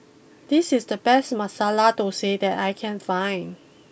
this is the best Masala Dosa that I can find